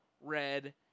red